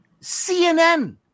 CNN